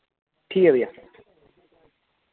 ठीक ऐ भैया